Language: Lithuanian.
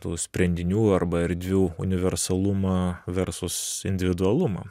tų sprendinių arba erdvių universalumą versus individualumą